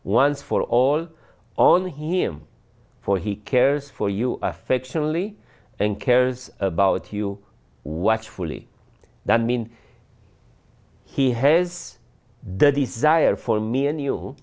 once for all on him for he cares for you affectionately and cares about you watchfully that mean he has the desire for me and you